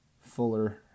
Fuller